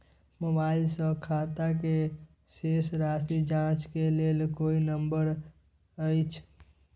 Mobile से खाता के शेस राशि जाँच के लेल कोई नंबर अएछ?